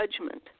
judgment